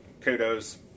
kudos